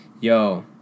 Yo